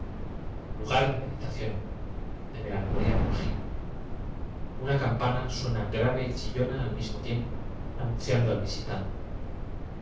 gar de meditación de melancolía monjil una campana suena grave y chillona al mismo tiempo anunciando al visitante